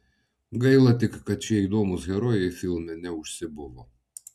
gaila tik kad šie įdomūs herojai filme neužsibuvo